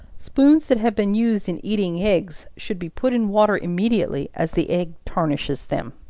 spoons that have been used in eating eggs should be put in water immediately, as the egg tarnishes them.